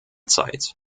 zeit